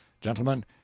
gentlemen